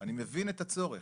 אני מבין את הצורך,